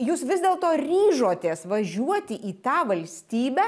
jūs vis dėl to ryžotės važiuoti į tą valstybę